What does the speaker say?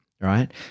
right